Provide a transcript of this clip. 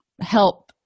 help